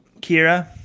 Kira